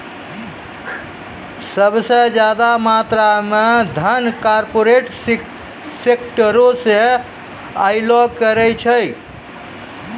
सभ से ज्यादा मात्रा मे धन कार्पोरेटे सेक्टरो से अयलो करे छै